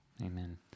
amen